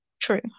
true